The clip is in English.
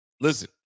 listen